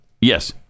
Yes